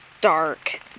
dark